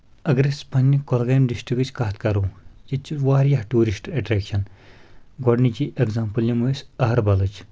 اگر أسۍ پنٕنہِ کۄلگٲمۍ ڈسٹرکٕچ کتھ کرو ییٚتہِ چھِ واریاہ ٹوٗرِسٹہٕ اؠٹریکشن گۄڈٕنِچی اؠگزامپٕل نِمَو أسۍ اَہربلٕچ